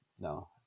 No